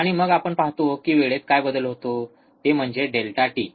आणि मग आपण पाहतो की वेळेत काय बदल होतो ते म्हणजे डेल्टा टी